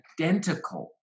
identical